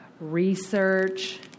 Research